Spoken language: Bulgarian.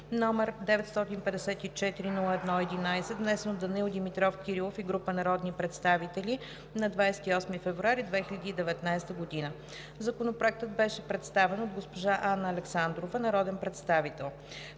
№ 954-01-11, внесен от Данаил Димитров Кирилов и група народни представители на 28 февруари 2019 г. Законопроектът беше представен от госпожа Анна Александрова – народен представител.